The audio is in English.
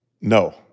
no